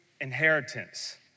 inheritance